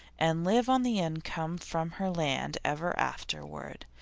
and live on the income from her land ever afterward.